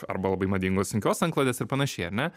arba labai madingos sunkios antklodės ir panašiai ar ne